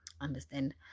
Understand